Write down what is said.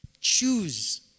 choose